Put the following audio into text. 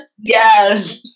Yes